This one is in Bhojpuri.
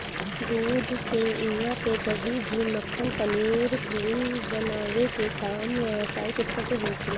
दूध से इहा पे दही, घी, मक्खन, पनीर, क्रीम बनावे के काम व्यवसायिक स्तर पे होखेला